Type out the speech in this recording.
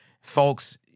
Folks